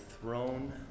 throne